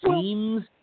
seems –